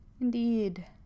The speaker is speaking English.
Indeed